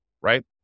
right